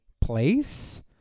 place